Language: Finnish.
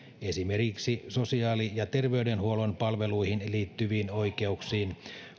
esimerkiksi sosiaali ja terveydenhuollon palveluihin liittyviin oikeuksiin